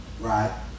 Right